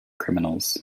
criminals